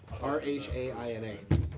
R-H-A-I-N-A